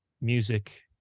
music